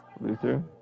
Luther